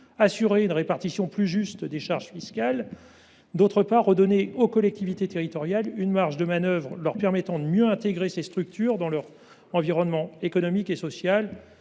assurer une répartition plus juste des charges ; d’autre part, redonner aux collectivités territoriales une marge de manœuvre pour mieux intégrer ces structures à leur environnement économique et social.